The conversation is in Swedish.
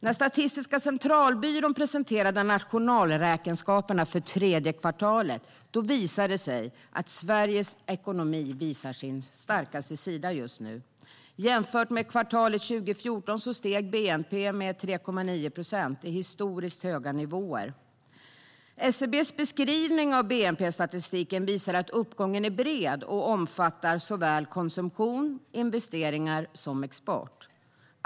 När Statistiska centralbyrån presenterade nationalräkenskaperna för tredje kvartalet framgick det att Sveriges ekonomi visar sin starkaste sida just nu. Jämfört med kvartalet 2014 steg bnp med 3,9 procent. Det är historiskt höga nivåer. SCB:s beskrivning av bnp-statistiken visar att uppgången är bred och omfattar såväl konsumtion och investeringar som export.